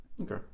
Okay